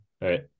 right